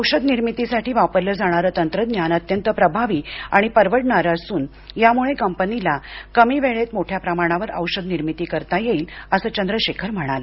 औषध निर्मितीसाठी वापरलं जाणार तंत्रज्ञान अत्यंत प्रभावी आणि परवडणारं असून यामुळं कंपनीला कमी वेळेत मोठ्या प्रमाणावर औषध निर्मिती करता येईल असं चंद्रशेखर म्हणाले